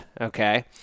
okay